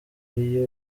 ariyo